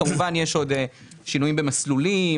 אבל יש עוד שינויים במסלולים,